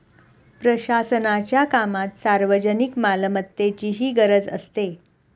प्रशासनाच्या कामात सार्वजनिक मालमत्तेचीही गरज असते